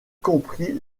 compris